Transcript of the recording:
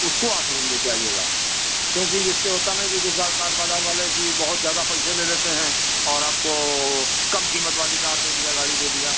उसको आप ज़रूर लेकर आइएगा क्योंकि जिससे होता ना कि कुछ कार बाज़ार वाले की बहुत ज़्यादा पैसे ले लेते हैं और आपको वो कम क़ीमत वाली कार दे दिया गाड़ी दे दिया